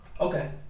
Okay